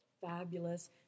Fabulous